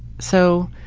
so,